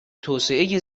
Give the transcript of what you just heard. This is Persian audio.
توسعه